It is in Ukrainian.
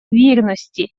вірності